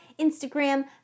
Instagram